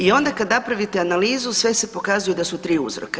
I onda kad napravite analizu, sve se pokazuje da su tri uzroka.